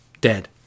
dead